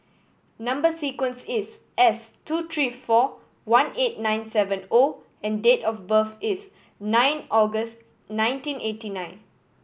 number sequence is S two three four one eight nine seven O and date of birth is nine August nineteen eighty nine